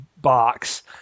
box